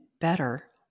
better